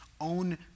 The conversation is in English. own